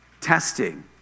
Testing